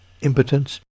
impotence